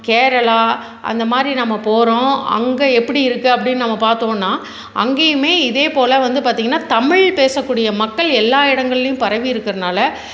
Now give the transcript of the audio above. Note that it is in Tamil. கேரளா அந்தமாதிரி நம்ம போகறோம் அங்கே எப்படி இருக்கு அப்படின்னு நம்ம பார்த்தோன்னா அங்கேயுமே இதேப்போல் வந்து பார்த்திங்கன்னா தமிழ் பேசக்கூடிய மக்கள் எல்லா இடங்கள்லையும் பரவி இருக்கிறனால